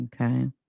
Okay